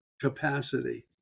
capacity